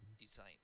design